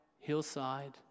Hillside